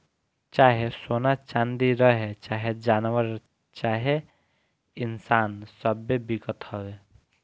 चाहे सोना चाँदी रहे, चाहे जानवर चाहे इन्सान सब्बे बिकत हवे